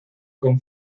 con